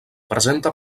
presenta